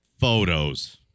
photos